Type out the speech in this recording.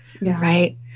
Right